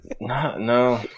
No